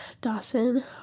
dawson